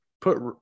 put